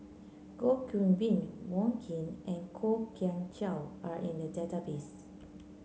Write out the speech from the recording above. Goh Qiu Bin Wong Keen and Kwok Kian Chow are in the database